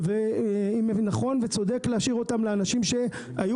ואם נכון וצודק להשאיר אותם לאנשים שהיו